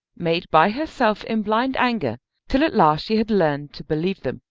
made by herself in blind anger till at last she had learned to believe them.